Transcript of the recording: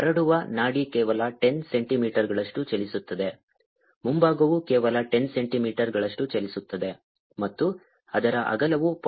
ಹರಡುವ ನಾಡಿ ಕೇವಲ 10 ಸೆಂಟಿಮೀಟರ್ಗಳಷ್ಟು ಚಲಿಸುತ್ತದೆ ಮುಂಭಾಗವು ಕೇವಲ 10 ಸೆಂಟಿಮೀಟರ್ಗಳಷ್ಟು ಚಲಿಸುತ್ತದೆ ಮತ್ತು ಅದರ ಅಗಲವು 0